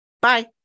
Bye